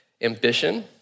ambition